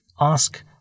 ask